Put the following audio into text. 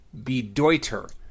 Bedeuter